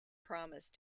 promise